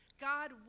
God